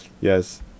Yes